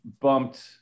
bumped